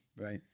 Right